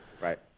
Right